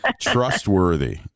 trustworthy